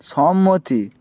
সম্মতি